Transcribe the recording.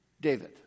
David